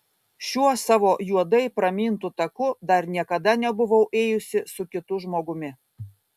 šiuo savo juodai pramintu taku dar niekada nebuvau ėjusi su kitu žmogumi